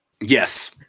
Yes